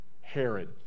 Herod